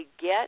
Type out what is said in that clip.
get